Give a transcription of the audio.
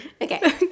okay